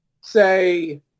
say